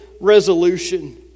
resolution